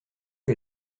que